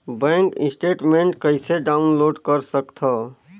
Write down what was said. Bank statement कइसे download कर सकथव?